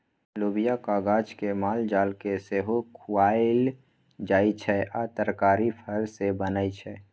लोबियाक गाछ केँ मालजाल केँ सेहो खुआएल जाइ छै आ तरकारी फर सँ बनै छै